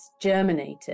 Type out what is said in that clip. germinated